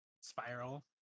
spiral